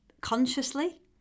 consciously